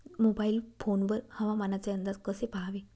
Mobile phone वर हवामानाचे अंदाज कसे पहावे?